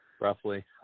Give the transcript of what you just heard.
roughly